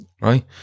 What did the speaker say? Right